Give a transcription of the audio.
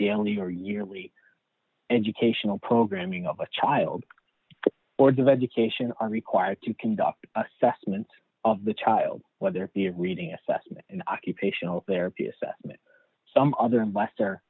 daily or yearly educational programming of a child boards of education are required to conduct assessment of the child whether it be a reading assessment occupational therapy assessment some other